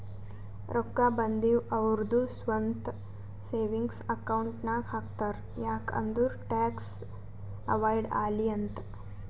ರೊಕ್ಕಾ ಬಂದಿವ್ ಅವ್ರದು ಸ್ವಂತ ಸೇವಿಂಗ್ಸ್ ಅಕೌಂಟ್ ನಾಗ್ ಹಾಕ್ತಾರ್ ಯಾಕ್ ಅಂದುರ್ ಟ್ಯಾಕ್ಸ್ ಅವೈಡ್ ಆಲಿ ಅಂತ್